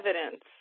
evidence